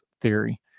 theory